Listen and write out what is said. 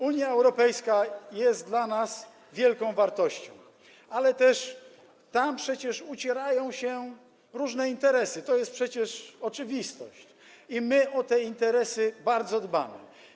Unia Europejska jest dla nas wielką wartością, ale też tam przecież ucierają się różne interesy, to jest przecież oczywiste, i my o te interesy bardzo dbamy.